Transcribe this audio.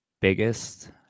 biggest